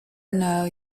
know